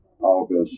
August